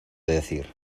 decir